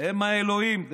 הם האלוהים.